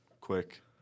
quick